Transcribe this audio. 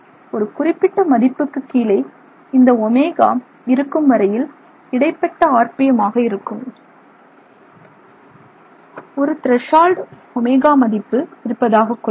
ஒரு குறிப்பிட்ட மதிப்புக்கு கீழே இந்த ω இருக்கும் வரையில் இடைப்பட்ட ஆர்பிஎம் ஆக இருக்கும் ஒரு திரேஷால்டு ω மதிப்பு இருப்பதாக கொள்வோம்